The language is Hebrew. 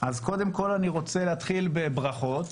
קודם כול אני רוצה להתחיל בברכות